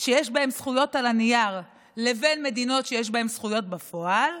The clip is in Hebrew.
שיש בהן זכויות על הנייר לבין מדינות שיש בהן זכויות בפועל,